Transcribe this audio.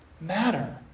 matter